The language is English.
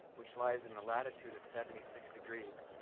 which lies in the latitude of seventy six degrees,